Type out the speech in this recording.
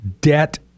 debt